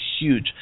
huge